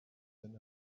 than